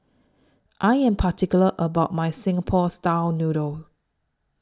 I Am particular about My Singapore Style Noodles